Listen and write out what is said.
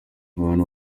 abantu